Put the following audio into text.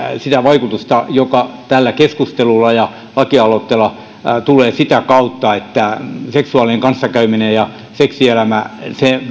sitä vaikutusta joka tällä keskustelulla ja laki aloitteella tulee sitä kautta että seksuaalinen kanssakäyminen ja seksielämä